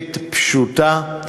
מרכזית פשוטה,